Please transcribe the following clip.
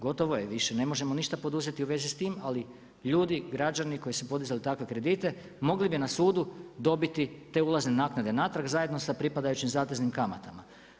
Gotovo je, više ne možemo ništa poduzeti u vezi s tim, ali ljudi, građani koji su podizali takve kredite, mogli bi na sudu dobiti te ulazne naknade natrag, zajedno sa pripadajućim zateznim kamatama.